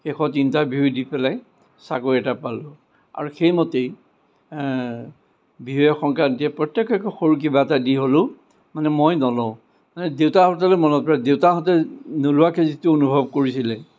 শেষত ইন্টাৰভিউ দি পেলাই চাকৰি এটা পালোঁ আৰু সেইমতেই বিহুৱে সংক্ৰান্তিয়ে প্ৰত্যেককে সৰু কিবা এটা দি হ'লেও মানে মই নলওঁ মানে দেউতাহঁতলৈ মনত পৰে দেউতাহঁতে নোলোৱাকৈ যিটো অনুভৱ কৰিছিলে